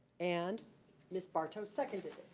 and ms. bartow seconded.